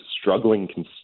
struggling